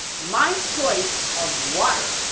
my choice of water.